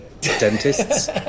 dentists